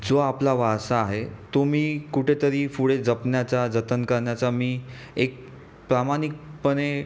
जो आपला वारसा आहे तो मी कुठेतरी पुढे जपण्याचा जतन करण्याचा मी एक प्रामाणिकपणे